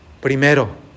Primero